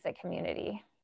community